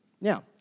Now